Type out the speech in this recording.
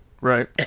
Right